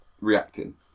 Reacting